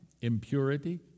impurity